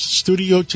studio